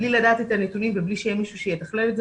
בלי לדעת את הנתונים ובלי שיהיה מישהו שיתכלל את זה